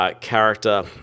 character